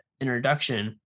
introduction